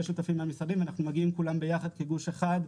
שותפים מהמשרדים ואנחנו מגיעים כולם ביחד כגוש אחד.